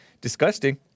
Disgusting